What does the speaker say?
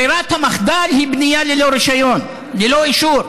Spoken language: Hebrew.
ברירת המחדל היא בנייה ללא רישיון, ללא אישור,